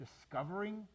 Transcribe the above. discovering